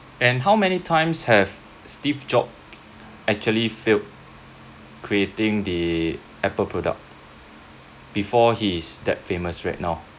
and how many times have steve jobs actually failed creating the apple product before he is that famous right now